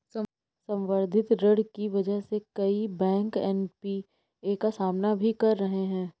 संवर्धित ऋण की वजह से कई बैंक एन.पी.ए का सामना भी कर रहे हैं